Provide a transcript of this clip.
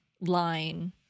line